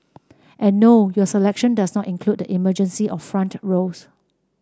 and no your selection does not include the emergency or front rows